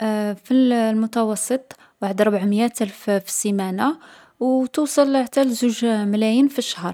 في الـ المتوسط وحد ربعمية الف في السيمانة. و توصل حتى لزوج ملاين في الشهر.